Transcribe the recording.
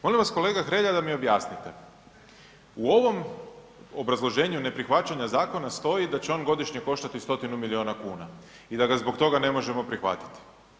Molim vas kolega Hrelja da mi objasnite, u ovom obrazloženju neprihvaćanja zakona stoji da će on godišnje koštati 100-tinu miliona kuna i da ga zbog toga ne možemo prihvatiti.